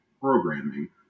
programming